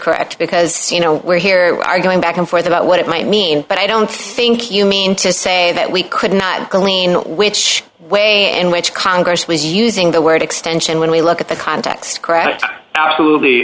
correct because you know we're here we're arguing back and forth about what it might mean but i don't think you mean to say that we could not glean which way in which congress was using the word extension when we look at the context cr